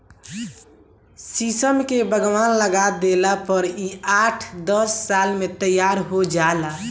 शीशम के बगवान लगा देला पर इ आठ दस साल में तैयार हो जाला